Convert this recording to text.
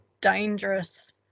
dangerous